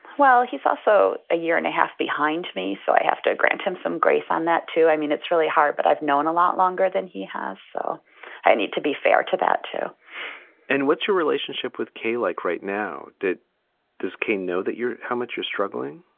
well, he's also a year and a half behind me, so have to grant him some grace on that, too. i mean, it's really hard. but i've known a lot longer than he has. so i need to be fair to that, too and what's your relationship with kay like right now? did does ken know that you're how much you're struggling?